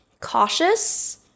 cautious